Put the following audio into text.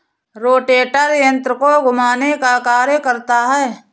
rotator यन्त्र को घुमाने का कार्य करता है